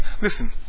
listen